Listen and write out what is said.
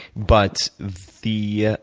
but the ah